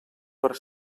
per